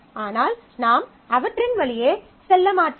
ஆனால் நாம் அவற்றின் வழியே செல்ல மாட்டோம்